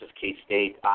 K-State